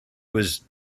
was